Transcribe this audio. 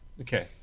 Okay